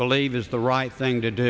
believe is the right thing to do